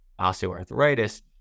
osteoarthritis